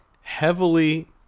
Heavily